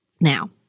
Now